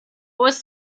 was